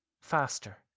Faster